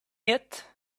yet